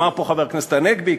אמר פה חבר הכנסת הנגבי,